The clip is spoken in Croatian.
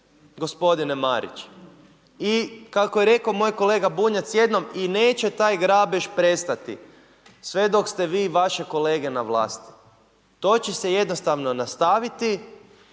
gospodine Marić. I kako je rekao moj kolega Bunjac jednom i neće taj grabež prestati sve dok ste vi i vaše kolege na vlasti. To će se jednostavno nastaviti